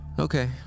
Okay